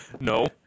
No